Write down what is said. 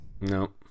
No